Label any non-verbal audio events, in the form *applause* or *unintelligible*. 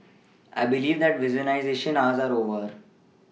I believe that *unintelligible* hours are over